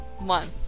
month